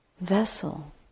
vessel